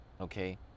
Okay